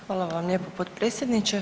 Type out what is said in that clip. Hvala vam lijepo potpredsjedniče.